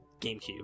gamecube